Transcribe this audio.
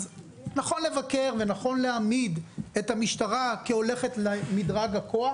אז נכון לבקר ונכון להעמיד את המשטרה כהולכת למדרג הכוח.